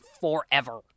forever